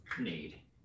need